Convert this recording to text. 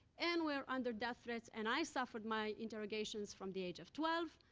and we're under death threats, and i suffered my interrogations from the age of twelve,